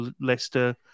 Leicester